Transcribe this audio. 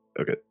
Okay